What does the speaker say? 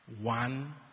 one